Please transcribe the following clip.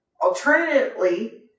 Alternatively